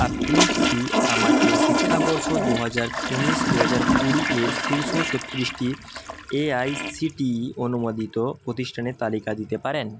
আপনি কি আমাকে শিক্ষাবর্ষ দু হাজার উনিশ দু হাজার কুড়ি এ শীর্ষ ছত্রিশটি এআইসিটিই অনুমোদিত প্রতিষ্ঠানের তালিকা দিতে পারেন